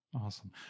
Awesome